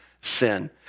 sin